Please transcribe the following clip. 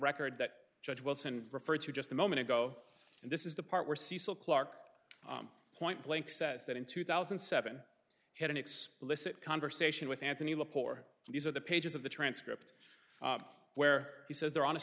record that judge wilson referred to just a moment ago and this is the part where cecil clarke point blank says that in two thousand and seven had an explicit conversation with anthony lapore these are the pages of the transcript where he says they're on a